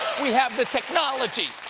we have the technology!